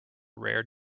rare